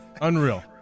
Unreal